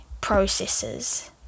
processes